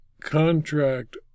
contract